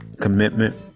commitment